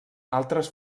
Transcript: altres